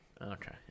Okay